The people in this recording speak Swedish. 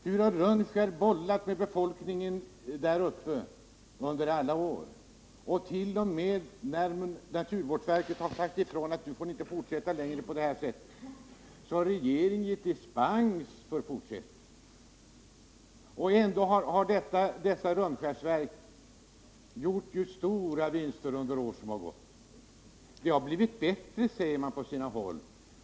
Rönnskärsverken har boilat med befolkningen där uppe under alla år, men när naturvårdsverket sagt ifrån att företaget inte får fortsätta längre på detta sätt, har regeringen givit dispens. Rönnskärsverken har gjort stora vinster under de år som gått. Förhållandena har blivit bättre på sina håll, säger man.